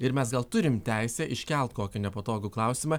ir mes gal turim teisę iškelt kokį nepatogų klausimą